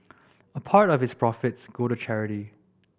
a part of its profits go to charity